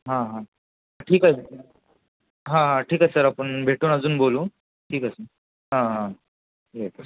हां हां ठीक आहे सर हां हां ठीक आहे सर आपण भेटून अजून बोलू ठीक आहे सर हां हां येस